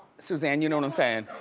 suzanne, you know what i'm saying.